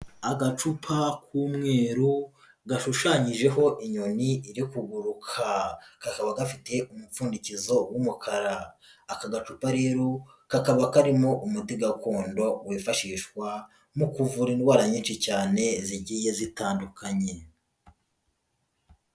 Agacupa k'umweru gashushanyijeho inyoni iri kuguruka kakaba gafite umupfundikizo w'umukara aka gacupa rero kakaba karimo umuti gakondo wifashishwa mu kuvura indwara nyinshi cyane zigiye zitandukanye.